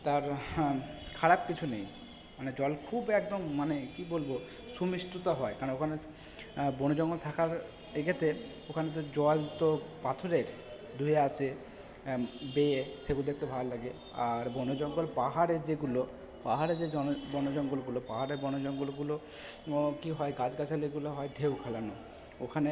তার হাঁ খারাপ কিছু নেই মানে জল খুব একদম মানে কি বলব সুমিষ্ট তো হয় কারণ ওখানে বনে জঙ্গলে থাকার এক্ষেত্রে ওখানে তো জল তো পাথরের ধুয়ে আসে বেয়ে সেগুলো দেখতে ভাল লাগে আর বন জঙ্গল পাহাড়ের যেগুলো পাহাড়ে যে বন জঙ্গলগুলো পাহাড়ে বন জঙ্গলগুলো কী হয় গাছ গাছালিগুলো হয় ঢেউ খেলানো ওখানে